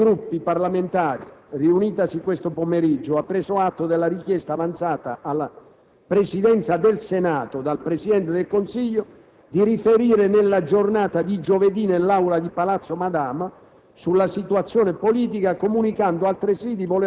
Colleghi, la Conferenza dei Presidenti dei Gruppi parlamentari, riunitasi questo pomeriggio, ha preso atto della richiesta avanzata alla Presidenza del Senato dal Presidente del Consiglio di riferire nella giornata di giovedì, nell'Aula di Palazzo Madama,